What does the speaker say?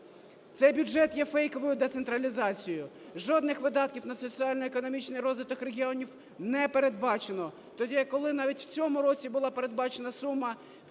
Цей бюджет є фейковою децентралізацією. Жодних видатків на соціально-економічний розвиток регіонів не передбачено, тоді коли навіть в цьому році була передбачена сума